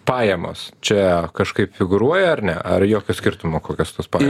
pajamos čia kažkaip figūruoja ar ne ar jokio skirtumo kokios tos paja